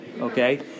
Okay